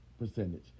percentage